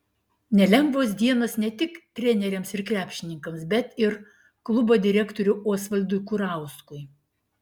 nelengvos dienos ne tik treneriams ir krepšininkams bet ir klubo direktoriui osvaldui kurauskui